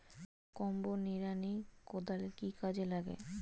Combo নিড়ানি কোদাল কি কাজে লাগে?